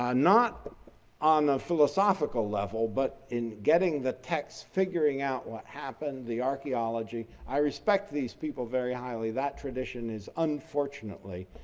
not on the philosophical level but in getting the text figuring out what happen, the archaeology. i respect these people very highly that tradition is unfortunately,